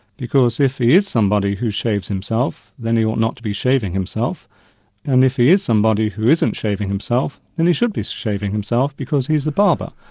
because if he is somebody who shaves himself, then he ought not to be shaving himself and if he is somebody who isn't shaving himself, then he should be shaving himself because he's the barber.